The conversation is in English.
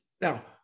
Now